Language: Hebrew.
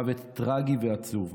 מוות טרגי ועצוב,